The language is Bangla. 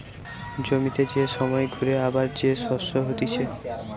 জমিতে যে সময় ঘুরে আবার যে শস্য হতিছে